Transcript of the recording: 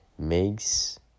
Makes